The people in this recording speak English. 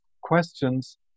questions